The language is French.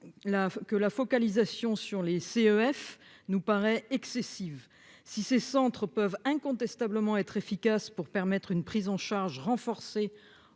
que la focalisation sur les CEF nous paraît excessive, si ces centres peuvent incontestablement être efficace pour permettre une prise en charge renforcé